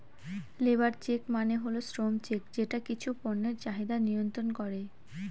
labour check মানে হল শ্রম চেক যেটা কিছু পণ্যের চাহিদা মিয়ন্ত্রন করে